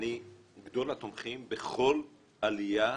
שאני גדול התומכים בכל עליה בחינוך,